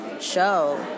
show